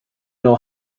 know